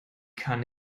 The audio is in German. kann